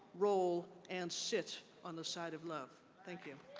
roll, and sit on the side of love. thank you.